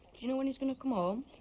you know when he's going to come um